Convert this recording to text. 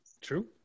True